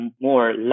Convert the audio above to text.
more